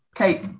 Okay